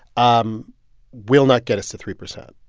um will not get us to three percent